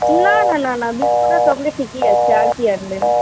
না না লা না বিস্কুট আর চকলেট ঠিকই আছে আর কি আনবেন